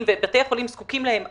ובתי החולים בנהריה זקוקים להם עכשיו,